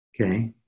Okay